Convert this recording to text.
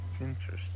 Interesting